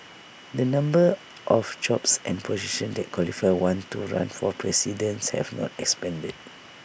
the numbers of jobs and positions that qualify one to run for presidents have not expanded